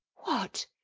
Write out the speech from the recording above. what,